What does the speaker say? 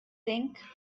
think